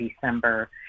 December